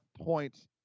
point